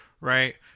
Right